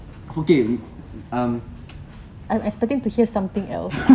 okay um